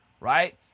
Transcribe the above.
Right